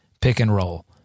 pick-and-roll